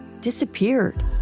disappeared